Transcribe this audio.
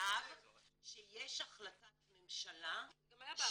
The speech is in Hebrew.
במצב שיש החלטת ממשלה --- זה גם היה בעבר.